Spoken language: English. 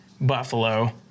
Buffalo